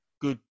good